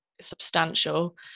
substantial